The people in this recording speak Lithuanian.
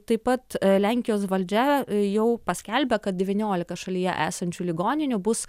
taip pat lenkijos valdžia jau paskelbė kad devyniolika šalyje esančių ligoninių bus